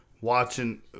Watching